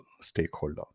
stakeholder